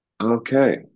okay